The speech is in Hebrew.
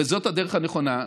וזו הדרך הנכונה,